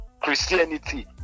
christianity